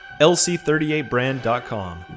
LC38brand.com